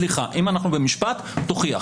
סליחה, אם אנחנו במשפט תוכיח.